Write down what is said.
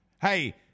Hey